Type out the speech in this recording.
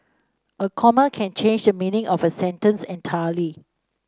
a comma can change the meaning of a sentence entirely